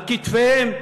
על כתפיהם,